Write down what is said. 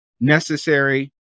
necessary